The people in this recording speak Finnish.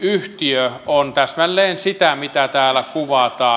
kehitysyhtiö on täsmälleen sitä mitä täällä kuvataan